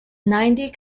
ninety